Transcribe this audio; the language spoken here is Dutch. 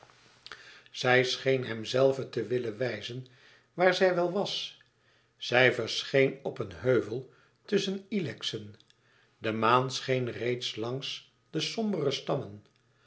zij scheen hem zelve te willen wijzen waar zij wel was zij verscheen op een heuvel tusschen ilexen de maan scheen reeds langs de sombere stammen